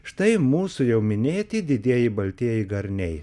štai mūsų jau minėti didieji baltieji garniai